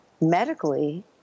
medically